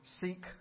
seek